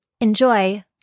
Enjoy